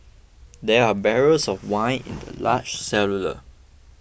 there were barrels of wine in the large cellar